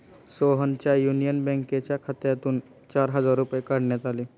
सोहनच्या युनियन बँकेच्या खात्यातून चार हजार रुपये काढण्यात आले